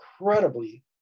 incredibly